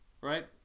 right